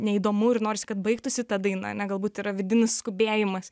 neįdomu ir norisi kad baigtųsi ta daina ne galbūt yra vidinis skubėjimas